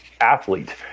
athlete